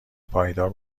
پایدار